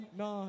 no